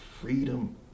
freedom